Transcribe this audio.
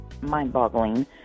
mind-boggling